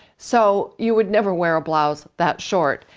so you would never wear a blouse that short.